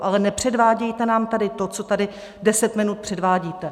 Ale nepředvádějte nám tady to, co tady 10 minut předvádíte.